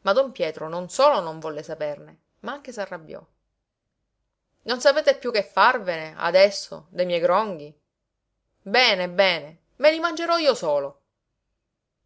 ma don pietro non solo non volle saperne ma anche s'arrabbiò non sapete piú che farvene adesso de miei gronghi bene bene me li mangerò io solo